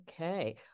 Okay